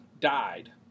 died